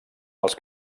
els